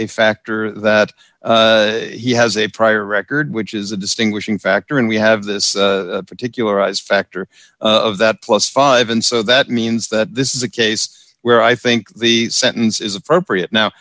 a factor that he has a prior record which is a distinguishing factor and we have this particular eyes factor of that plus five and so that means that this is a case where i think the sentence is appropriate now